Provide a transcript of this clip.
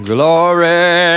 Glory